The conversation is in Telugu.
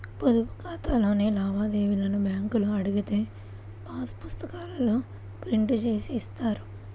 పొదుపు ఖాతాలోని లావాదేవీలను బ్యేంకులో అడిగితే పాసు పుస్తకాల్లో ప్రింట్ జేసి ఇస్తారు